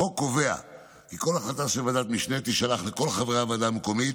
החוק קובע כי כל החלטה של ועדת המשנה תישלח לכל חברי הוועדה המקומית